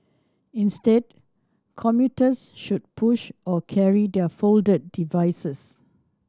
instead commuters should push or carry their folded devices